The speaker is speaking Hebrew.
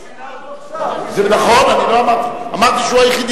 נכון, אמרתי שהוא היחיד.